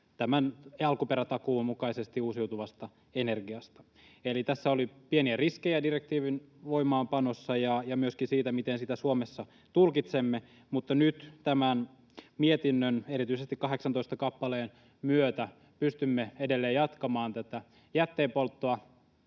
tämän alkuperätakuun mukaisesti uusiutuvasta energiasta. Eli tässä oli pieniä riskejä direktiivin voimaanpanossa ja myöskin siinä, miten sitä Suomessa tulkitsemme. Mutta nyt tämän mietinnön, erityisesti 18. kappaleen, myötä pystymme edelleen jatkamaan tätä jätteenpolttoa